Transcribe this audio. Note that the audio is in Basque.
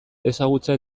ezagutza